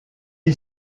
est